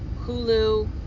Hulu